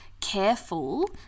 careful